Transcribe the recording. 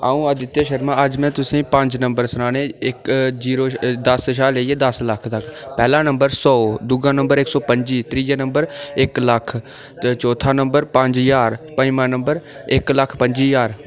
अ'ऊं आदित्य शर्मा अज्ज में तुसेंगी पंज नंबर सनाने इक जीरो कशा दस्स कशा लेइयै दस्स लक्ख तगर पैह्ला नंबर सौ दूआ नंबर इक सौ पंजी त्रीया नंबर इक लक्ख चौथा नंबर पंज ज्हार पंजमां नंबर इक्क लक्ख पंजी ज्हार